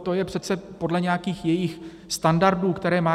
To je přece podle nějakých jejích standardů, které má.